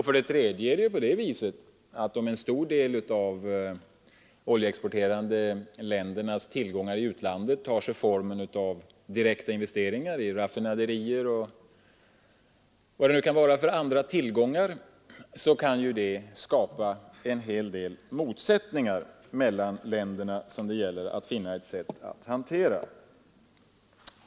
För det tredje tar sig de oljexporterande ländernas tillgångar i utlandet kanske formen av direkta investeringar i raffinaderier och andra tillgångar. Det kan skapa en hel del motsättningar mellan länderna som det gäller att finna ett sätt att hantera.